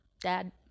dad